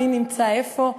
מי נמצא איפה,